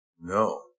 No